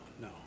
no